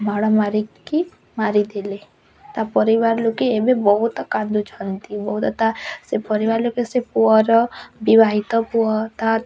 ମାଡ଼ ମାରିକି ମାରିଦେଲେ ତା'ପରିବାର ଲୋକେ ଏବେ ବହୁତ କାନ୍ଦୁଛନ୍ତି ବହୁତ ତା' ସେ ପରିବାର ଲୋକେ ସେ ପୁଅର ବିବାହିତ ପୁଅ ତା'ର